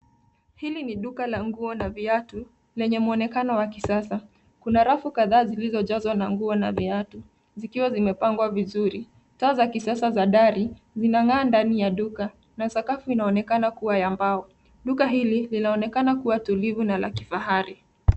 Hili ni duka la nguo na viatu, lenye mwonekano wa kisasa. Kuna rafu kadhaa zilizojazwa na nguo na viatu, zikiwa zimepangwa vizuri. Taa za kisasa za dari zinag'aa ndani ya duka na sakafu inaonekana kuwa ya mbao. Duka hili linaonekana kuwa tulivu na la kifahari.